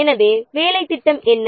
எனவே வேலை திட்டம் என்ன